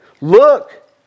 Look